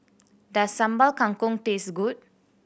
does Sambal Kangkong taste good